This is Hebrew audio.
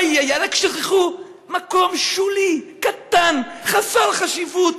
איי איי איי, רק שכחו מקום שולי, קטן, חסר חשיבות,